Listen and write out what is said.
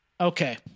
Okay